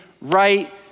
right